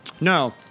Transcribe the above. No